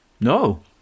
No